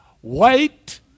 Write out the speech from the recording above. white